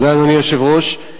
אדוני היושב-ראש,